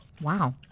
Wow